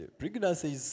pregnancy